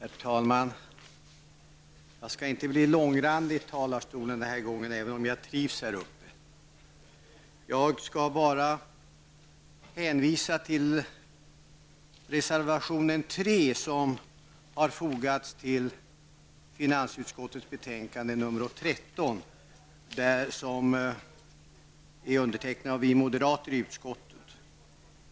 Herr talman! Jag skall inte bli långrandig i talarstolen den här gången, även om jag trivs här uppe. Låt mig hänvisa till reservation 3 som har fogats vid finansutskottets betänkande 13 och undertecknats av oss moderater i utskottet.